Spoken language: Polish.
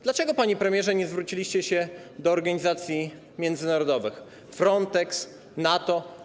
Dlaczego, panie premierze, nie zwróciliście się do organizacji międzynarodowych, Fronteksu, NATO?